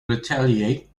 retaliate